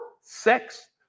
sex